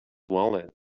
wallet